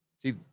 See